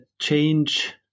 change